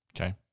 Okay